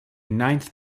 ninth